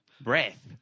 Breath